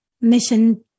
mission